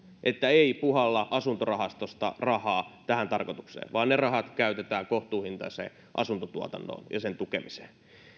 että se ei puhalla asuntorahastosta rahaa tähän tarkoitukseen vaan ne rahat käytetään kohtuuhintaiseen asuntotuotantoon ja sen tukemiseen